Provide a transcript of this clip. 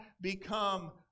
become